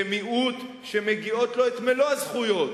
כמיעוט שמגיעות לו מלוא הזכויות,